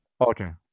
okay